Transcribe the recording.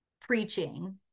preaching